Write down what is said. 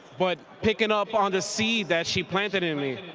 but picking up on the seed that she planted in me,